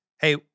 hey